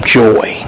joy